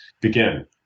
begin